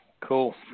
Cool